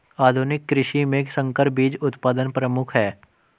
आधुनिक कृषि में संकर बीज उत्पादन प्रमुख है